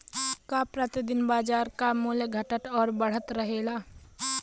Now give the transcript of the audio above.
का प्रति दिन बाजार क मूल्य घटत और बढ़त रहेला?